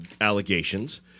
allegations